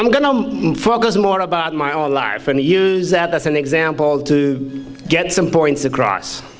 i'm going to focus more about my own life and use that as an example to get some points across